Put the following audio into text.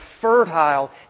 fertile